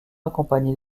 accompagné